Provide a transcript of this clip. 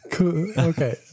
Okay